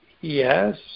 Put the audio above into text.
yes